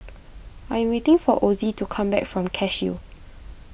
I am waiting for Ozie to come back from Cashew